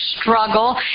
struggle